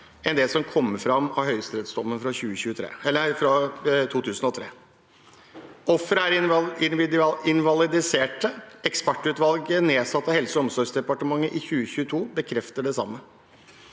enn det som kommer frem av høyesterettsdommen fra 2003. Ofrene er invalidiserte. Ekspertutvalget nedsatt av Helse- og omsorgsdepartementet i 2022 bekrefter det samme.